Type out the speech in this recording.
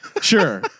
sure